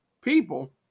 people